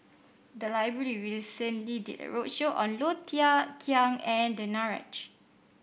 the library recently did a roadshow on Low Thia Khiang and Danaraj